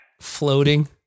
Floating